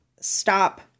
stop